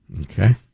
Okay